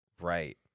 right